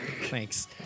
Thanks